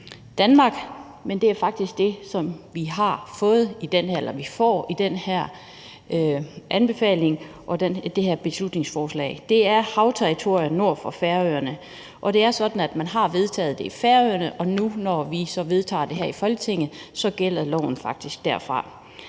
Danmark. Men det er faktisk det, som vi får i den her anbefaling; det her beslutningsforslag. Det er havterritorier nord for Færøerne. Og det er sådan, at man har vedtaget det i Færøerne, og når vi så nu vedtager det her i Folketinget, gælder loven faktisk derfra.